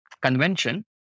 convention